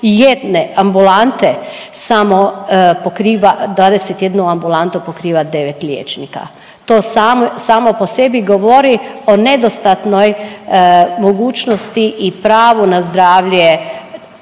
od 21 ambulante, samo pokriva, 21 ambulantu pokriva 9 liječnika. To samo po sebi govori o nedostatnoj mogućnosti i pravu na zdravlje